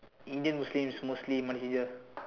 Indian Muslim is mostly money changer